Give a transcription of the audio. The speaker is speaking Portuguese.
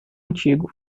antigo